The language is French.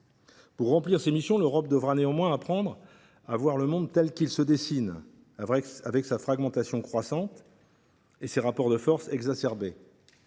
Pour remplir ces missions, l’Europe devra néanmoins apprendre à voir le monde tel qu’il se dessine, avec sa fragmentation croissante et ses rapports de force exacerbés.